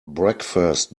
breakfast